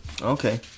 Okay